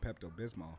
Pepto-Bismol